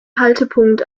haltepunkt